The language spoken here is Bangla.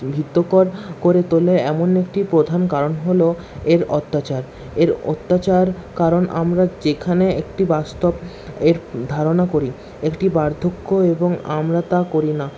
ভীতকর করে তোলে এমন একটি প্রধান কারণ হল এর অত্যাচার এর অত্যাচার কারণ আমরা যেখানে একটি বাস্তব এর ধারণা করি একটি বার্ধক্য এবং আমরা তা করি না